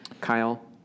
Kyle